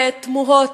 תמוהות,